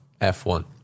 F1